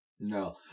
No